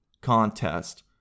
contest